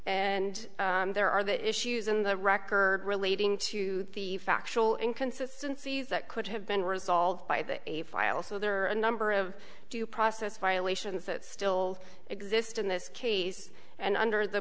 and there are the issues in the record relating to the factual inconsistency that could have been resolved by the a file so there are a number of due process violations that still exist in this case and under the